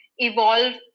evolve